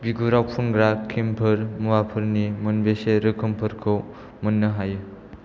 बिगुराव फुनग्रा क्रिमफोर मुवाफोरनि मोनबेसे रोखोमफोरखौ मोन्नो हायो